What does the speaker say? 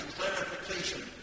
clarification